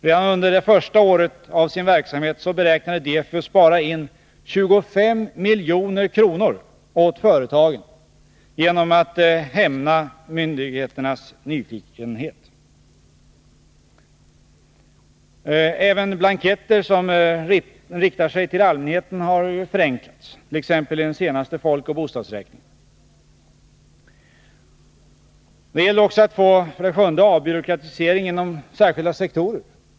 Redan under det första året av sin verksamhet beräknade DEFU att spara in 25 milj.kr. åt företagen genom att hämma myndigheternas nyfikenhet. Även blanketter som riktar sig till allmänheten har förenklats, t.ex. i den senaste folkoch bostadsräkningen. Det gäller också för det sjunde att få till stånd en avbyråkratisering inom särskilda sektorer.